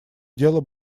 дело